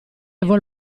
vuol